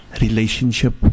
relationship